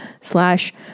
slash